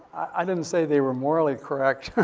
i didn't say they were morally correct.